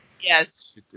Yes